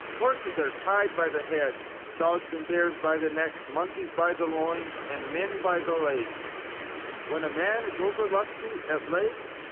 horses are tied by the head dogs and bears by the neck, monkeys by the loins, and men by the legs when a man is over-lusty at legs,